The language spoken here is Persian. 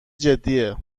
جدیه